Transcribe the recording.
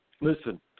Listen